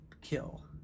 kill